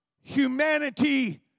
humanity